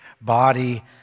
body